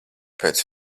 pēc